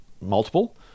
multiple